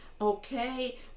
okay